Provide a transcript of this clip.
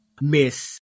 miss